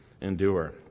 endure